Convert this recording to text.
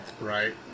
Right